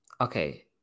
okay